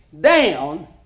down